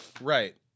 Right